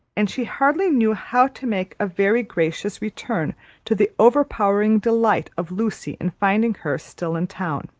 and she hardly knew how to make a very gracious return to the overpowering delight of lucy in finding her still in town.